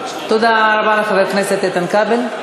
תודה רבה לחבר הכנסת איתן כבל.